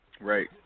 Right